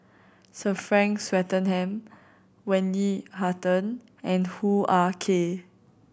Sir Frank Swettenham Wendy Hutton and Hoo Ah Kay